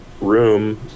room